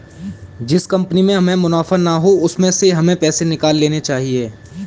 जिस कंपनी में हमें मुनाफा ना हो उसमें से हमें पैसे निकाल लेने चाहिए